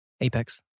Apex